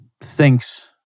thinks